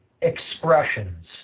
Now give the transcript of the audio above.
expressions